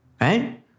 Right